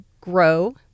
grow